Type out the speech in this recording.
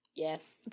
Yes